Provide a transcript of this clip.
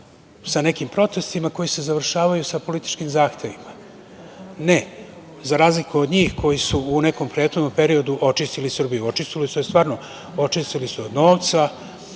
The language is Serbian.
sa nekim protestima koji se završavaju sa političkim zahtevima. Ne, za razliku od njih koji su u nekom prethodnom periodu očistili Srbiju, očistili su je stvarno, očistili su je od novca,